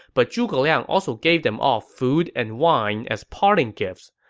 but zhuge liang also gave them all food and wine as parting gifts.